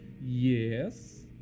Yes